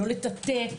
לא לטאטא,